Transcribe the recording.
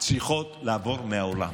צריכות לעבור מהעולם.